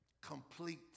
complete